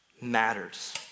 matters